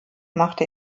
machte